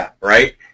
right